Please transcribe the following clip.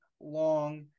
long